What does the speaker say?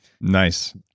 nice